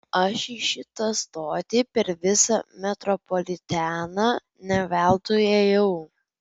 aš į šitą stotį per visą metropoliteną ne veltui ėjau